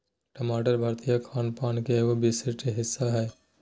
टमाटर भारतीय खान पान के एगो विशिष्ट हिस्सा हय